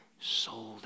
sold